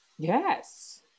Yes